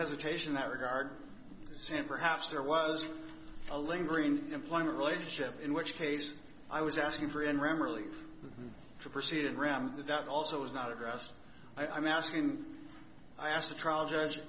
hesitation that regard sam perhaps there was a lingering employment relationship in which case i was asking for enron relief to proceed and ram that also was not addressed i'm asking i asked the trial judge